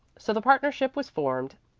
so the partnership was formed,